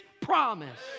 promise